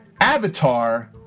Avatar